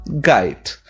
guide